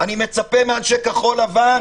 אני מצפה מאנשים כחול לבן